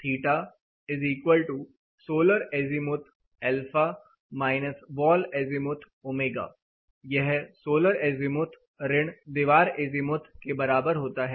HSAθsolar azimuthα wall azimuthω यह solar azimuth ऋण दीवार एजीमुथ के बराबर होता है